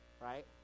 right